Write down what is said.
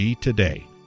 today